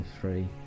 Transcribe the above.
three